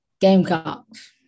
Gamecocks